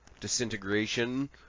disintegration